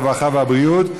הרווחה והבריאות.